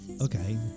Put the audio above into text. okay